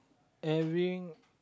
having